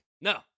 No